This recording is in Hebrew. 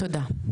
תודה.